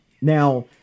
Now